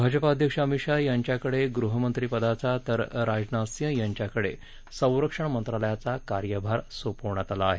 भाजपा अध्यक्ष अमित शाह यांच्याकडे गृहमंत्री पदाचा तर राजनाथ सिंह यांच्याकडे संरक्षण मंत्रालयाचा कार्यभार सोपवण्यात आला आहे